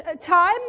time